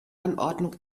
anordnung